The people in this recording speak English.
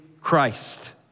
Christ